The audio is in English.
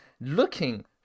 looking